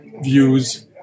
views